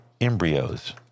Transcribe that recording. embryos